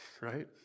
right